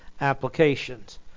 applications